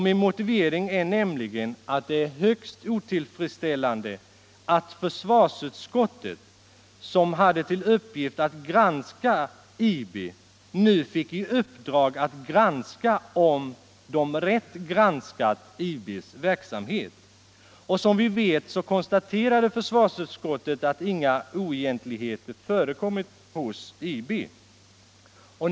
Min motivering är nämligen att det är högst otillfredsställande att försvarsutskottet, som hade till uppgift att granska IB, nu fick i uppdrag att granska om det rätt granskat IB:s verksamhet. Som vi vet konstaterade försvarsutskottet att inga oegentligheter förekommit hos IB.